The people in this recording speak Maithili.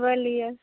बोलिऔ